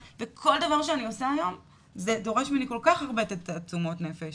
וכל דבר שאני עושה היום זה דורש ממני כל כך הרבה תעצומות נפש